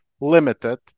limited